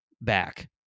back